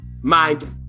Mind